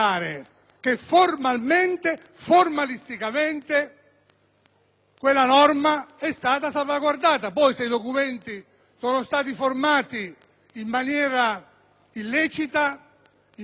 quella norma fosse stata salvaguardata. Se questi documenti sono stati formati in maniera illecita, non corrispondente al vero, ci sono altri soggetti, altre autorità,